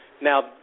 Now